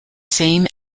same